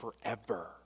forever